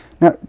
Now